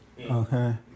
Okay